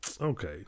Okay